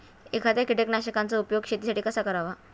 एखाद्या कीटकनाशकांचा उपयोग शेतीसाठी कसा करावा?